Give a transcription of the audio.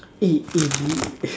A A B